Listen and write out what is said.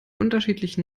unterschiedlichen